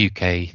UK